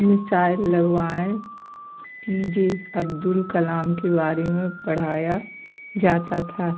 missile लगवाएं P J Abdul Kalam के बारे में पढ़ाया जाता था